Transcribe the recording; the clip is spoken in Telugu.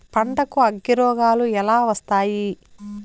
పంటకు అగ్గిరోగాలు ఎలా వస్తాయి?